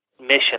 mission